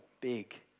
big